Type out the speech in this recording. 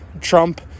Trump